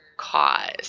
cause